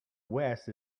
west